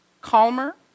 calmer